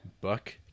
Buck